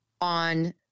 on